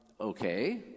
okay